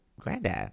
Granddad